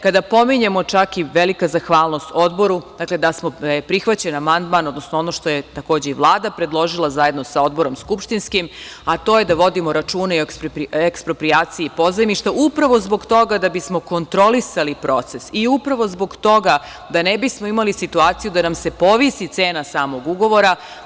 Kada pominjemo čak i velika zahvalnost Odboru, dakle, da smo prihvaćen amandman, odnosno ono što je i Vlada predložila zajedno sa Odborom skupštinskim, a to je da vodimo računa o eksproprijaciji pozajmišta upravo zbog toga da bismo kontrolisali proces i upravo zbog toga da ne bismo imali situaciju da nam se povisi cena samog ugovora.